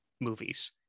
movies